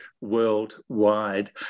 worldwide